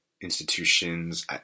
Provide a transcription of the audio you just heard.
institutions